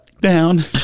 Down